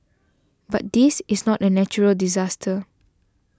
but this is not a natural disaster